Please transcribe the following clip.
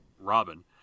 Robin